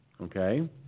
okay